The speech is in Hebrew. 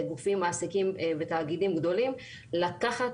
כגופים מעסיקים ותאגידים גדולים לקחת